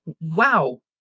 Wow